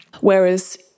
Whereas